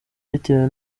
bitewe